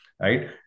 right